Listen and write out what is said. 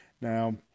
now